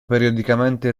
periodicamente